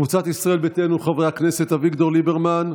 קבוצת ישראל ביתנו: חברי הכנסת אביגדור ליברמן,